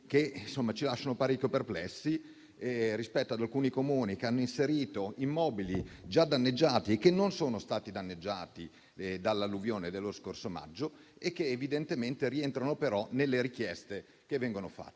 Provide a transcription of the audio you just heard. che ci lasciano parecchio perplessi, rispetto ad alcuni Comuni che hanno inserito immobili già danneggiati, ma che non sono stati danneggiati dall'alluvione dello scorso maggio, i quali evidentemente rientrano però nelle richieste che vengono fatte.